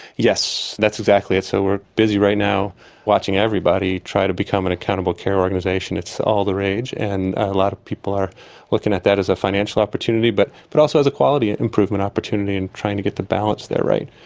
yes, that's exactly it. so we're busy right now watching everybody try to become an accountable care organisation. it's all the rage, and a lot of people are looking at that as a financial opportunity but but also as a quality improvement opportunity, and trying to get the balance there right.